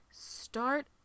start